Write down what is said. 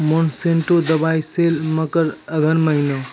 Monsanto दवाई sale मकर अघन महीना,